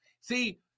See